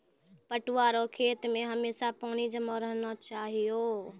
पटुआ रो खेत मे हमेशा पानी जमा रहना चाहिऔ